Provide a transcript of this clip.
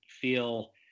feel